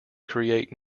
create